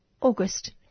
August